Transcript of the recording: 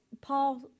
Paul